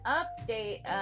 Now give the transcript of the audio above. update